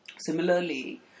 similarly